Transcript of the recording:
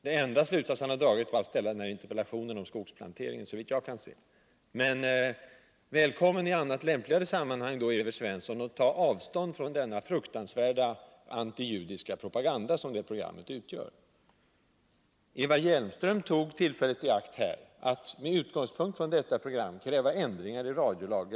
Den enda slutsats han drog var att framställa denna interpellation om skogsplanteringen. Men välkommen i ett annat, lämpligare sammanhang, Evert Svensson, att ta avstånd från den fruktansvärda judefientliga propaganda som det programmet utgör. Eva Hjelmström tog tillfället i akt att med utgångspunkt i detta program kräva ändringar i radiolagen.